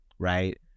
Right